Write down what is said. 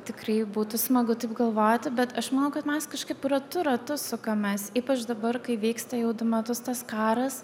tikrai būtų smagu taip galvoti bet aš manau kad mes kažkaip ratu ratu sukamės ypač dabar kai vyksta jau du metus tas karas